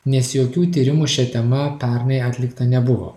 nes jokių tyrimų šia tema pernai atlikta nebuvo